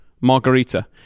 margarita